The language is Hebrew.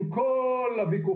עם כל הוויכוחים,